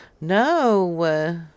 No